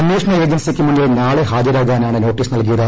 അന്വേഷണ ഏജൻസിക്കു മുന്നിൽ നാളെ ഹാജരാകാനാണ് നോട്ടീസ് നൽകിയത്